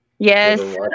Yes